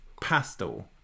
pastel